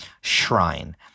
shrine